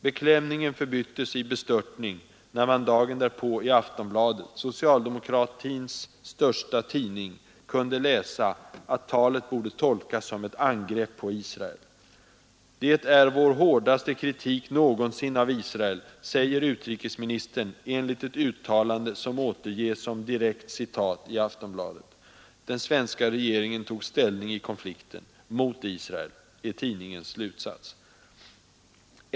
Beklämningen förbyttes i bestörtning när man dagen därpå i Aftonbladet, socialdemokratins största tidning, kunde läsa att talet borde tolkas som ett angrepp på Israel. ”Det är vår hårdaste kritik någonsin av Israel”, säger utrikesministern enligt ett uttalande som återges som direkt citat i Aftonbladet. Den svenska regeringen tog ställning i konflikten — mot Israel, är tidningens slutsats.